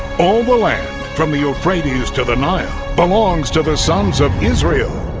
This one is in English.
all the land from the euphrates to the nile belongs to the sons of israel.